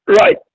Right